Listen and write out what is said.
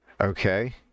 Okay